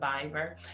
survivor